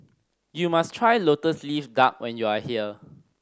you must try Lotus Leaf Duck when you are here